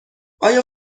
آیا